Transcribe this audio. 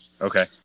Okay